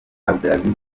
abdelaziz